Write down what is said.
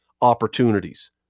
opportunities